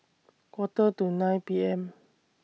Quarter to nine P M